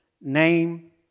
name